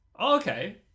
okay